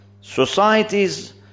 Societies